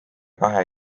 kahe